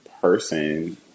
person